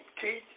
teach